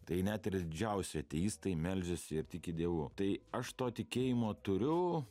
tai net didžiausi ateistai meldžiasi ir tiki dievu tai aš to tikėjimo turiu